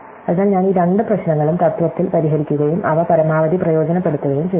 അതിനാൽ ഞാൻ ഈ രണ്ട് പ്രശ്നങ്ങളും തത്ത്വത്തിൽ പരിഹരിക്കുകയും അവ പരമാവധി പ്രയോജനപ്പെടുത്തുകയും ചെയ്യുന്നു